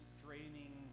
draining